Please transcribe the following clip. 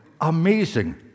amazing